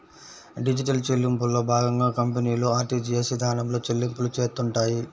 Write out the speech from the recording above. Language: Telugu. డిజిటల్ చెల్లింపుల్లో భాగంగా కంపెనీలు ఆర్టీజీయస్ ఇదానంలో చెల్లింపులు చేత్తుంటాయి